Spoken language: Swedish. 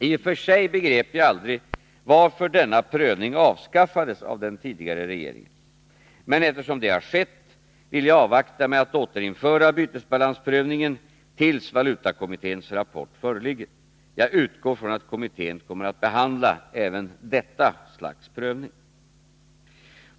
I och för sig begrep jag aldrig varför denna prövning avskaffades av den tidigare regeringen. Men eftersom detta skett vill jag avvakta med att återinföra bytesbalansprövningen tills valutakommitténs rapport föreligger. Jag utgår från att kommittén kommer att behandla även detta slags prövning.